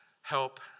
help